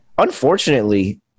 Unfortunately